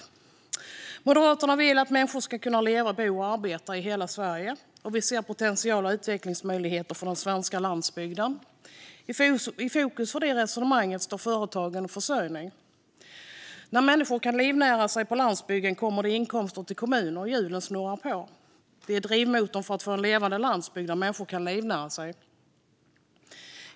Vi i Moderaterna vill att människor ska kunna leva, bo och arbeta i hela Sverige. Vi ser potential och utvecklingsmöjligheter för den svenska landsbygden. I fokus för detta resonemang står företagen och försörjningen. När människor kan livnära sig på landsbygden kommer det inkomster till kommunen. Då snurrar hjulen på. De är drivmotorn för att få en levande landsbygd där människor kan livnära sig.